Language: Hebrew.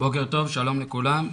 בוקר טוב, שלום לכולם,